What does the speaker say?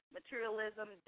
Materialism